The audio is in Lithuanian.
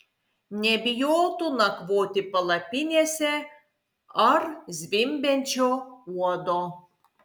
nebijotų nakvoti palapinėse ar zvimbiančio uodo